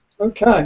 Okay